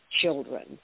children